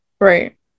right